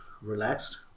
relaxed